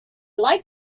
like